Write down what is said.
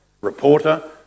reporter